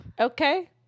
Okay